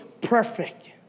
perfect